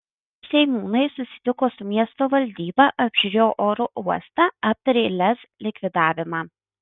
seimūnai susitiko su miesto valdyba apžiūrėjo oro uostą aptarė lez likvidavimą